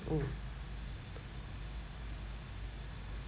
mm